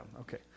okay